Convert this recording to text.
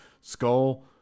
skull